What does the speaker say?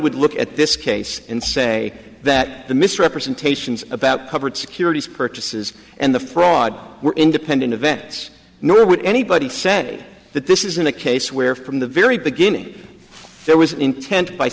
would look at this case and say that the misrepresentations about covered securities purchases and the fraud were independent events nor would anybody say that this isn't a case where from the very beginning there was an intent by